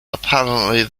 apparently